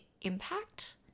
impact